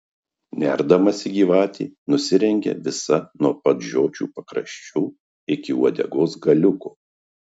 nerdamasi gyvatė nusirengia visa nuo pat žiočių pakraščių iki uodegos galiuko